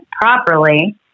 properly